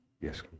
yes